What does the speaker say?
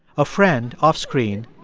a friend, offscreen,